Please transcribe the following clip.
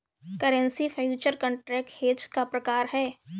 currency future contract hedge का प्रकार है